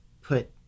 put